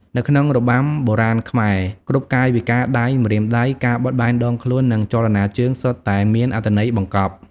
នៅក្នុងរបាំបុរាណខ្មែរ គ្រប់កាយវិការដៃ ម្រាមដៃ ការបត់បែនដងខ្លួន និងចលនាជើង សុទ្ធតែមានអត្ថន័យបង្កប់។